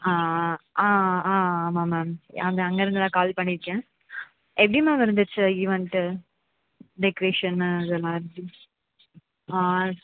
ஆ ஆ ஆமாம் மேம் அங் அங்கே இருந்து தான் கால் பண்ணி இருக்கேன் எப்படி மேம் இருந்துச்சு ஈவென்ட்டு டெக்ரேஷன்னு அதெல்லாம் எப்படி ஆ